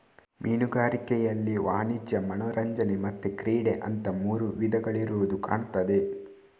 ಮೀನುಗಾರಿಕೆನಲ್ಲಿ ವಾಣಿಜ್ಯ, ಮನರಂಜನೆ ಮತ್ತೆ ಕ್ರೀಡೆ ಅಂತ ಮೂರು ವಿಧಗಳಿರುದು ಕಾಣ್ತದೆ